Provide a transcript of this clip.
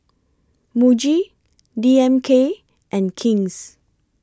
Muji D M K and King's